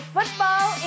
Football